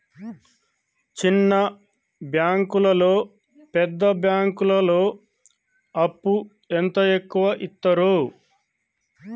చిన్న బ్యాంకులలో పెద్ద బ్యాంకులో అప్పు ఎంత ఎక్కువ యిత్తరు?